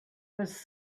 was